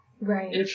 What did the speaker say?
Right